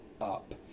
up